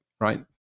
right